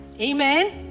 Amen